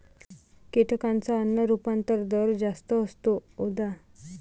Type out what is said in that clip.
कीटकांचा अन्न रूपांतरण दर जास्त असतो, उदा